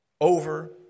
Over